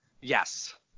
Yes